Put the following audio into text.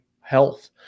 health